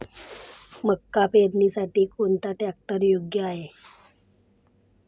मका पेरणीसाठी कोणता ट्रॅक्टर योग्य आहे?